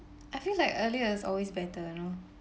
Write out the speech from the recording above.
I feel like the earlier is always better you know